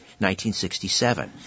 1967